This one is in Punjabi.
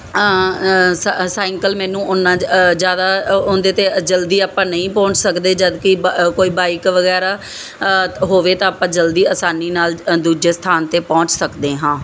ਸਾਈਕਲ ਮੈਨੂੰ ਉਨਾ ਜਿਆਦਾ ਉਹਦੇ ਤੇ ਜਲਦੀ ਆਪਾਂ ਨਹੀਂ ਪਹੁੰਚ ਸਕਦੇ ਜਦ ਕੀ ਕੋਈ ਬਾਈਕ ਵਗੈਰਾ ਹੋਵੇ ਤਾਂ ਆਪਾਂ ਜਲਦੀ ਆਸਾਨੀ ਨਾਲ ਦੂਜੇ ਸਥਾਨ ਤੇ ਪਹੁੰਚ ਸਕਦੇ ਹਾਂ